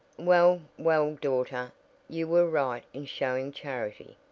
well, well, daughter you were right in showing charity.